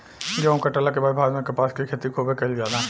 गेहुं काटला के बाद भारत में कपास के खेती खूबे कईल जाला